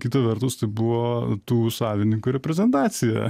kita vertus tai buvo tų savininkų reprezentacija